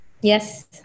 Yes